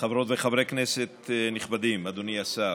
חברות וחברי כנסת נכבדים, אדוני השר